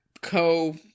co